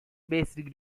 based